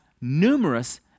numerous